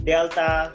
Delta